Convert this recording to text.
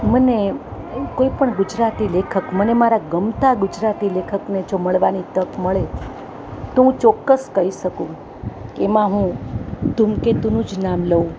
મને કોઈપણ ગુજરાતી લેખક મને મારા ગમતા ગુજરાતી લેખકને જો મળવાની તક મળે તો હું ચોક્કસ કહી શકું કે એમાં હું ધૂમકેતુનું જ નામ લઉં